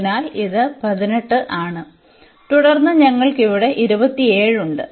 അതിനാൽ ഇത് 18 ആണ് തുടർന്ന് ഞങ്ങൾക്ക് അവിടെ 27 ഉണ്ട്